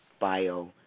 bio